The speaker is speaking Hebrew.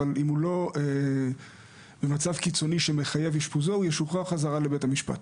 אבל אם הוא לא במצב קיצוני שמחייב אשפוזו הוא ישוחרר חזרה לבית המשפט.